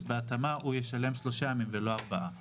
אז בהתאמה הוא ישלם שלושה ימים ולא ארבעה ימים.